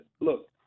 Look